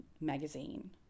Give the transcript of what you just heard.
magazine